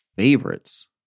Favorites